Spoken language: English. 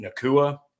Nakua